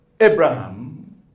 Abraham